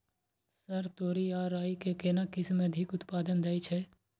Sir तोरी आ राई के केना किस्म अधिक उत्पादन दैय छैय?